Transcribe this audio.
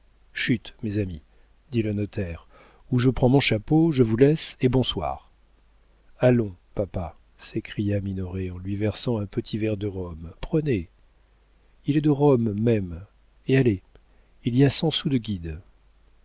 chut mes amis dit le notaire ou je prends mon chapeau je vous laisse et bonsoir allons papa s'écria minoret en lui versant un petit verre de rhum prenez il est de rome même et allez il y a cent sous de guides